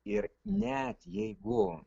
ir net jeigu